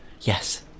Yes